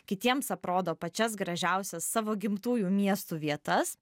kitiems aprodo pačias gražiausias savo gimtųjų miestų vietas